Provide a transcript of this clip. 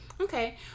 Okay